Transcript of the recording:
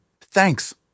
Thanks